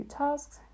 tasks